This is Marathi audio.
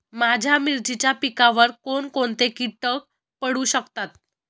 माझ्या मिरचीच्या पिकावर कोण कोणते कीटक पडू शकतात?